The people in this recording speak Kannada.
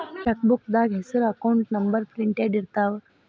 ಚೆಕ್ಬೂಕ್ದಾಗ ಹೆಸರ ಅಕೌಂಟ್ ನಂಬರ್ ಪ್ರಿಂಟೆಡ್ ಇರ್ತಾವ